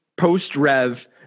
post-rev